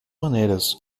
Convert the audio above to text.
maneiras